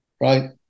right